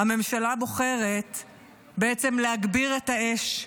הממשלה בוחרת בעצם להגביר את האש,